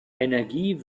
energie